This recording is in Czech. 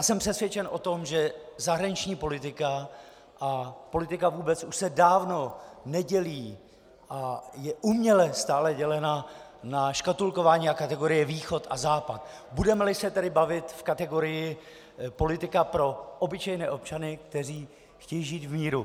Jsem přesvědčen o tom, že zahraniční politika a politika vůbec už se dávno nedělí a je uměle stále dělena na škatulkování a kategorie východ a západ, budemeli se tedy bavit v kategorii politika pro obyčejné občany, kteří chtějí žít v míru.